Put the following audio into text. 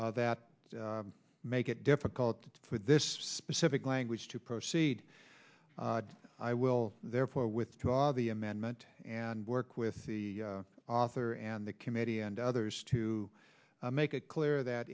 issues that make it difficult for this specific language to proceed i will therefore withdraw the amendment and work with the author and the committee and others to make it clear that